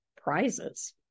prizes